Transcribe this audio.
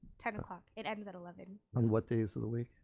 ten o'clock, it ends at eleven. and what days of the week?